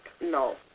No